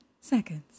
seconds